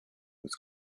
was